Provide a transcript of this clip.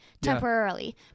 temporarily